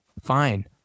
fine